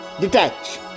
Detach